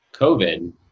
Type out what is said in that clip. COVID